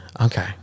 Okay